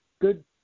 good